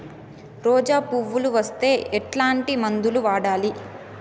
రోజా పువ్వులు వస్తే ఎట్లాంటి మందులు వాడాలి?